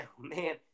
man